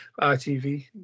ITV